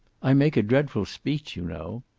i make a dreadful speech, you know.